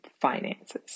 finances